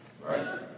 right